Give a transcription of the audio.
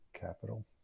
capital